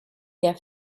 der